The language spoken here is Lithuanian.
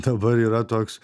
dabar yra toks